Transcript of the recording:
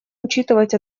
учитывать